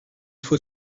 faut